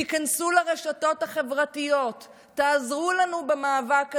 תיכנסו לרשתות החברתיות, תעזרו לנו במאבק הזה.